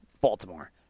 Baltimore